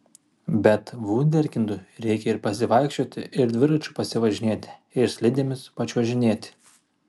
bet vunderkindui reikia ir pasivaikščioti ir dviračiu pasivažinėti ir slidėmis pačiuožinėti